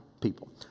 people